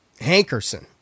Hankerson